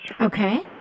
Okay